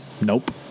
Nope